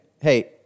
hey